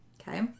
Okay